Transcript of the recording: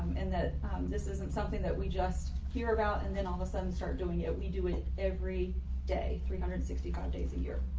and that this isn't something that we just hear about, and then all of a sudden start doing it. we do it every day, three hundred and sixty five days a year.